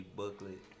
booklet